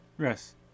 Yes